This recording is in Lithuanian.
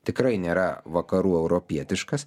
tikrai nėra vakarų europietiškas